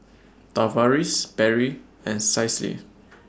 Tavaris Berry and Cicely